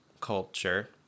culture